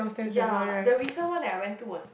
ya the recent one that I went to was